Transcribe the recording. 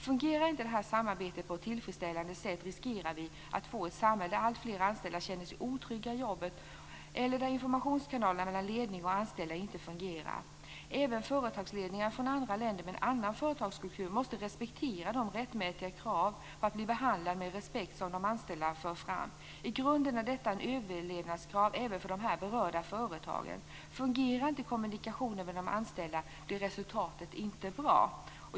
Fungerar inte det här samarbetet på ett tillfredsställande sätt riskerar vi att få ett samhälle där alltfler anställda känner sig otrygga i jobbet eller där informationskanalerna mellan ledning och anställda inte fungerar. Även företagsledningar från andra länder med en annan företagskultur måste respektera de rättmätiga krav på att bli behandlade med respekt som de anställda för fram. I grunden är detta ett överlevnadskrav även för de här berörda företagen. Fungerar inte kommunikationen med de anställda blir resultatet inte bra.